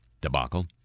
debacle